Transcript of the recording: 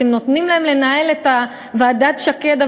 אתם נותנים להם לנהל את ועדת שקד,